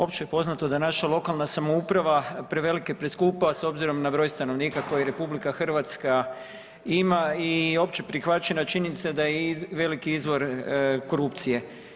Opće je poznato da naša lokalna samouprava prevelika i preskupa s obzirom na broj stanovnika koji RH ima i opće prihvaćena činjenica da je veliki izvor korupcije.